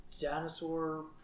dinosaur